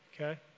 Okay